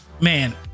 man